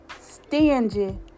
stingy